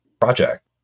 project